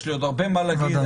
יש לי עוד הרבה מה להגיד,